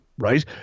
Right